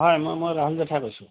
হয় মই মই কৈছোঁ